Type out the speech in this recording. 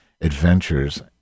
adventures